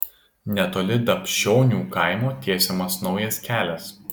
netoli dapšionių kaimo tiesiamas naujas kelias